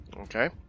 Okay